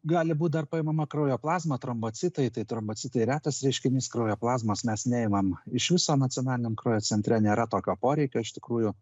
gali būt dar paimama kraujo plazma trombocitai tai trombocitai retas reiškinys kraujo plazmos mes neimam iš viso nacionaliniam kraujo centre nėra tokio poreikio iš tikrųjų